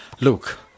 Look